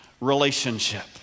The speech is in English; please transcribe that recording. relationship